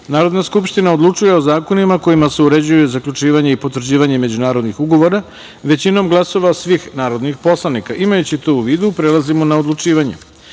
Narodna skupština odlučuje o zakonima kojima se uređuje zaključivanje i potvrđivanje međunarodnih ugovora većinom glasova svih narodnih poslanika. Imajući to u vidu, prelazimo na odlučivanje. Šesta